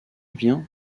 vient